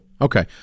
Okay